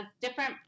different